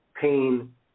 pain